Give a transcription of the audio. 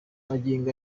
magingo